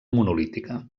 monolítica